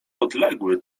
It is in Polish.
podległy